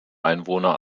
einwohner